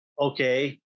okay